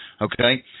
Okay